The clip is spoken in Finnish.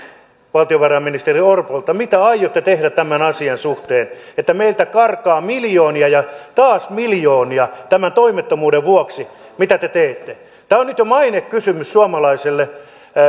valtiovarainministeri orpolta mitä aiotte tehdä tämän asian suhteen että meiltä karkaa miljoonia ja taas miljoonia tämän toimettomuuden vuoksi mitä te teette tämä on nyt jo mainekysymys suomalaiselle